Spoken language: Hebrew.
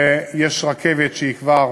ויש רכבת שכבר